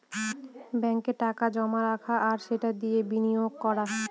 ব্যাঙ্কে টাকা জমা রাখা আর সেটা দিয়ে বিনিয়োগ করা